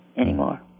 anymore